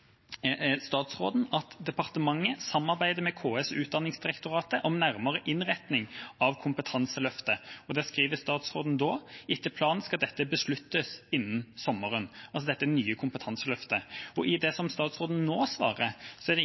statsråden at departementet samarbeider med KS og Utdanningsdirektoratet om nærmere innretning av kompetanseløftet, og der skriver statsråden: «Etter planen skal dette besluttes innen sommeren.» Dette er altså dette nye kompetanseløftet. I det som statsråden nå svarer, er det